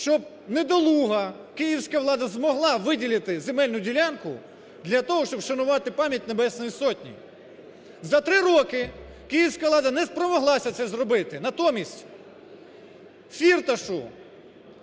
щоб недолуга київська влада змогла виділити земельну ділянку для того, щоб вшанувати пам'ять Небесної Сотні. За три роки київська влада не спромоглася це зробити. Натомість, Фірташу,